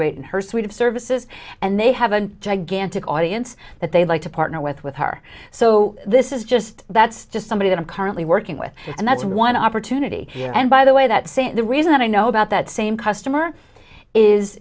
great in her suite of services and they have a gigantic audience that they like to partner with with her so this is just that's just somebody that i'm currently working with and that's one opportunity here and by the way that say the reason i know about that same customer is